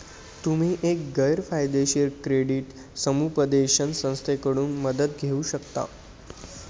तुम्ही एक गैर फायदेशीर क्रेडिट समुपदेशन संस्थेकडून मदत घेऊ शकता